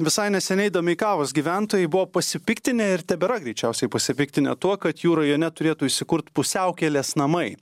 visai neseniai domeikavos gyventojai buvo pasipiktinę ir tebėra greičiausiai pasipiktinę tuo kad jų rajone turėtų įsikurt pusiaukelės namai